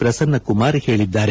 ಪ್ರಸನ್ನಕುಮಾರ್ ಹೇಳಿದ್ದಾರೆ